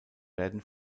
werden